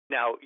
Now